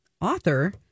author